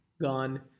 gone